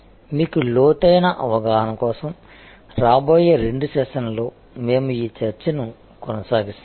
మీకు లోతైన అవగాహన కోసం రాబోయే రెండు సెషన్లలో మేము ఈ చర్చను కొనసాగిస్తాము